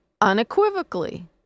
Unequivocally